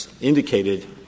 indicated